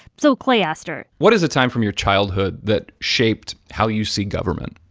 so clay asked her. what is a time from your childhood that shaped how you see government?